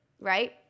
right